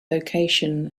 location